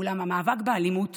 אולם המאבק באלימות